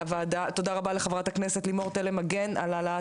תודה רבה לחברת הכנסת לימור תלם מגן על העלאת